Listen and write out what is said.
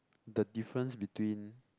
the difference between